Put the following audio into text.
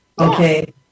Okay